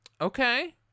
Okay